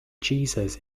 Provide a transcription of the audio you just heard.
jesus